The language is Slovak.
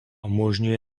umožňuje